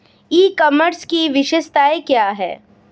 ई commerce की विशेषताएं क्या हैं?